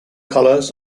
colors